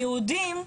היהודים,